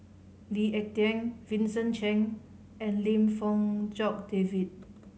Lee Ek Tieng Vincent Cheng and Lim Fong Jock David